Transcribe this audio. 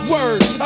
Words